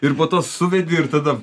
ir po to suvedi ir tada